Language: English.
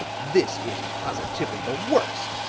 this is positively the worst.